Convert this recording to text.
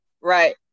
right